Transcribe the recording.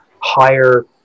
higher